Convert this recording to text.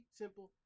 simple